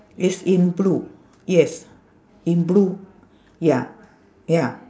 it's in blue yes in blue ya ya